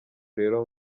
rero